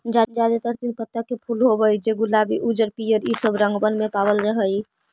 जादेतर तीन पत्ता के फूल होब हई जे गुलाबी उज्जर पीअर ईसब रंगबन में पाबल जा हई